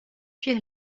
fuir